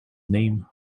name